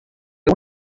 una